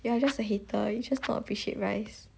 you are just a hater you just don't appreciate rice